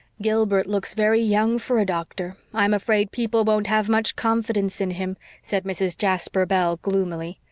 gilbert looks very young for a doctor. i'm afraid people won't have much confidence in him, said mrs. jasper bell gloomily.